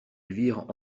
elvire